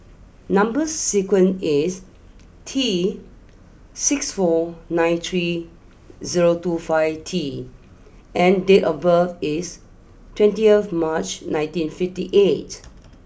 number sequence is T six four nine three zero two five T and date of birth is twenty of March nineteen fifty eight